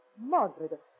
Margaret